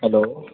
okay